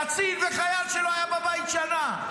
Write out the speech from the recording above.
קצין וחייל שלא היה בבית שנה.